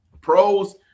Pros